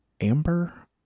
Amber